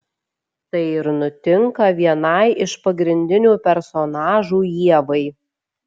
tai ir nutinka vienai iš pagrindinių personažų ievai